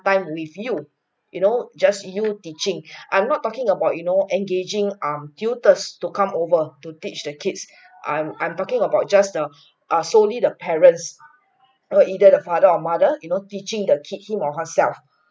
time with you you know just you teaching I'm not talking about you know engaging um tutors to come over to teach their kids I'm I'm talking about just the err solely the parents or either father or mother you know teaching the kid him or herself